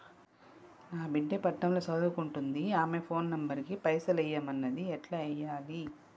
నా బిడ్డే పట్నం ల సదువుకుంటుంది ఆమె ఫోన్ నంబర్ కి పైసల్ ఎయ్యమన్నది ఎట్ల ఎయ్యాలి?